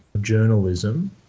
journalism